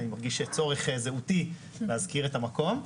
אני מרגיש שיש צורך זהותי להזכיר את המקום.